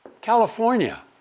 California